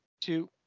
two